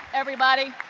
everybody.